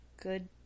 good